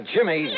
Jimmy